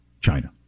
China